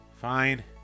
Fine